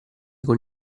con